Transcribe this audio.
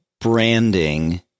branding